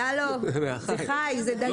הלו, זה חי, זה דגים.